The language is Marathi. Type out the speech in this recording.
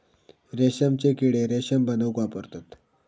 रेशमचे किडे रेशम बनवूक वापरतत